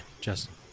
Justin